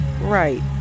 Right